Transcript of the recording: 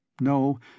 no